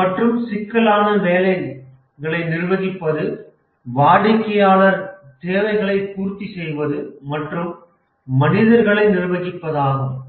மற்றும் சிக்கலான வேலைகளை நிர்வகிப்பது வாடிக்கையாளர் தேவைகளை பூர்த்தி செய்வது மற்றும் மனிதர்களை நிர்வகிப்பதாகும்